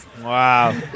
Wow